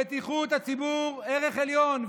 בטיחות הציבור היא ערך עליון,